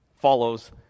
follows